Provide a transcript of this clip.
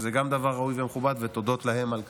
שגם זה דבר ראוי ומכובד, ותודות להם על כך.